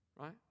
Right